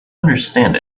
understand